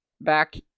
back